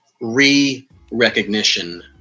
re-recognition